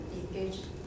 engaged